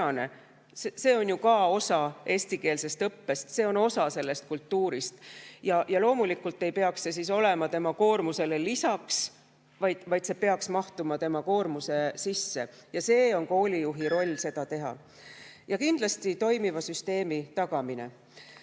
See on ju ka osa eestikeelsest õppest, see on osa sellest kultuurist. Loomulikult ei peaks see klubi olema tema koormusele lisaks, vaid see peaks mahtuma tema koormuse sisse. Ja on koolijuhi roll seda [võimaldada]. Ja kindlasti toimiva süsteemi tagamine.